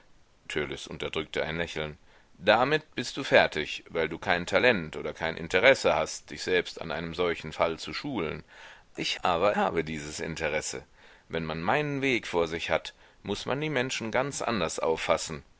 unterdrückte ein lächeln damit bist du fertig weil du kein talent oder kein interesse hast dich selbst an einem solchen fall zu schulen ich aber habe dieses interesse wenn man meinen weg vor sich hat muß man die menschen ganz anders auffassen